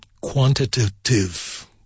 quantitative